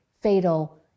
fatal